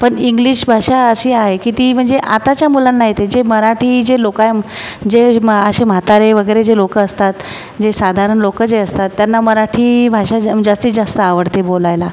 पण इंग्लिश भाषा अशी आहे की ती म्हणजे आताच्या मुलांना येते जे मराठी जे लोक आयम् जे मा असे म्हातारे वगैरे जे लोक असतात जे साधारण लोक जे असतात त्यांना मराठी भाषा जा अम् जास्तीत जास्त आवडते बोलायला